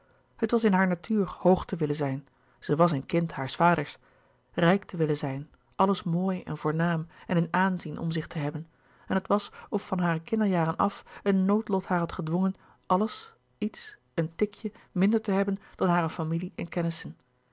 het was in hare natuur hoog te willen zijn zij wàs een kind haars vaders rijk te willen zijn alles mooi en voornaam en in aanzien om zich te hebben en het was of van hare kinderjaren af een noodlot haar had gedwongen alles iets een tikje minder te hebben dan hare familie en kennissen